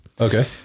Okay